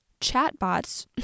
chatbots